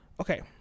okay